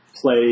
play